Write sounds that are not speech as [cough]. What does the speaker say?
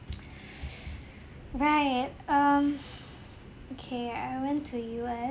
[noise] right um okay I went to U_S